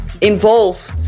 involved